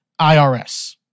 IRS